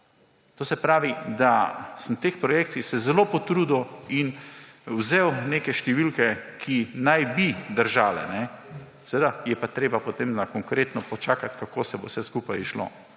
To se pravi, da sem se pri teh projekcijah zelo potrudil in vzel neke številke, ki naj bi držale. Seveda je pa potem treba konkretno počakati, kako se bo vse skupaj izšlo.